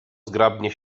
zgrabnie